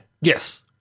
yes